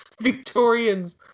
Victorians